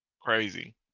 Crazy